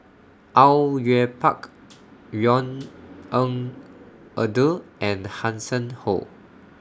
Au Yue Pak Yvonne Ng Uhde and Hanson Ho